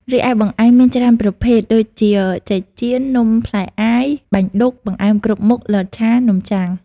រីឯបង្អែមមានច្រើនប្រភែទដូចជា ចេកចៀន នំផ្លែអាយ បាញ់ឌុក បង្អែមគ្រប់មុខ លតឆា នំចាំង ។